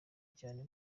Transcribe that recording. cyane